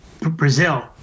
Brazil